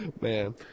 Man